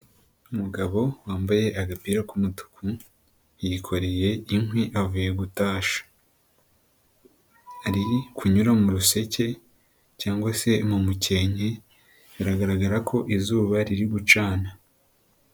Umugabo wambaye agapira k'umutuku yikoreye inkwi avuye gutashya. Ari kunyura mu ruseke mu mukenke biragaragara ko izuba riri gucana.